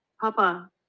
Papa